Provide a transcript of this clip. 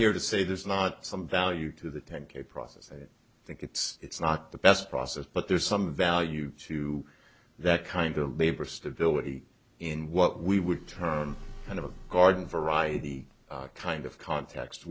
here to say there's not some value to the ten k process i think it's it's not the best process but there's some value to that kind of labor stability in what we would term kind of a garden variety kind of context